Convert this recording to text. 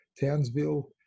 Townsville